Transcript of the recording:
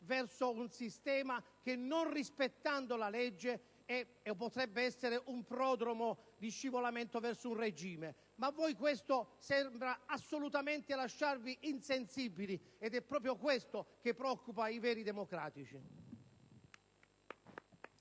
verso un sistema che, non rispettando la legge, potrebbe essere il prodromo di uno scivolamento verso un regime. Questo sembra lasciarvi assolutamente insensibili ed è proprio questo che preoccupa i veri democratici.